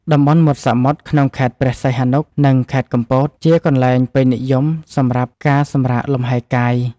តំបន់មាត់សមុទ្រក្នុងខេត្តព្រះសីហនុ និងខេត្តកំពត ជាកន្លែងពេញនិយមសម្រាប់ការសម្រាកលំហែកាយ។